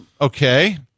Okay